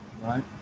right